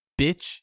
Bitch